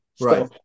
Right